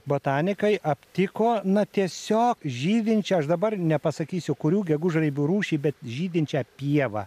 botanikai aptiko na tiesiog žydinčią aš dabar nepasakysiu kurių gegužraibių rūšį bet žydinčią pievą